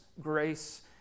grace